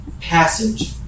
passage